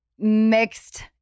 mixed